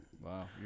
Wow